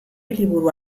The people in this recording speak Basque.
liburu